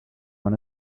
one